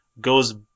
goes